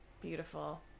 Beautiful